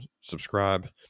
subscribe